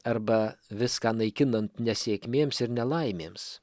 arba viską naikinant nesėkmėms ir nelaimėms